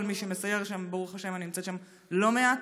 כל מי שמסייר שם, ברוך השם, אני נמצאת שם לא מעט.